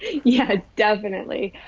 yeah, definitely.